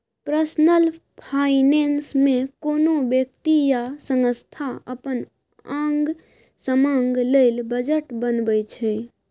personal finance मे कोनो बेकती या संस्था अपन आंग समांग लेल बजट बनबै छै